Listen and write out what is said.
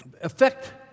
affect